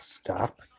stop